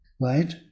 right